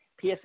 PSA